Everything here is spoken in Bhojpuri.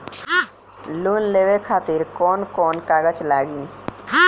लोन लेवे खातिर कौन कौन कागज लागी?